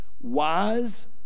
Wise